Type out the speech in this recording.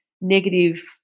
negative